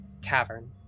cavern